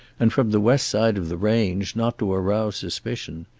and from the west side of the range, not to arouse suspicion.